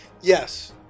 Yes